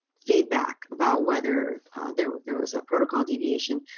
feedback about whether there there was a protocol deviation,